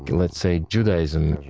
let's say, judaism